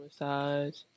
massage